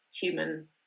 human